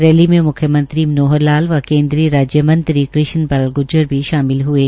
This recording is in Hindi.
रैली में मुख्यमंत्री मनोहर लाल केन्द्रीय राज्य मंत्री कृष्ण पाल ग्र्जर भी शामिल हये